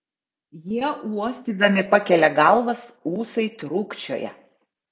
jie uostydami pakelia galvas ūsai trūkčioja